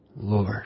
Lord